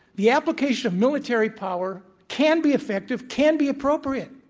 the application of military power can be effective, can be appropriate.